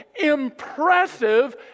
impressive